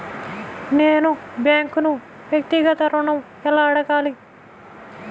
నేను బ్యాంక్ను వ్యక్తిగత ఋణం ఎలా అడగాలి?